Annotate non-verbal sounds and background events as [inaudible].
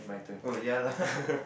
oh ya lah [laughs]